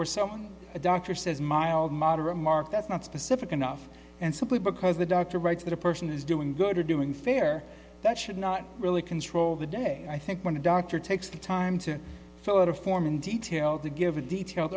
were someone a doctor says mild moderate mark that's not specific enough and simply because the doctor writes that a person is doing go to doing fair that should not really control the day i think when a doctor takes the time to fill out a form in detail to give a detailed